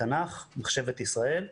תנ"ך, מחשבת ישראל,